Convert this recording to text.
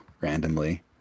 randomly